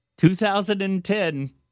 2010